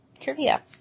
Trivia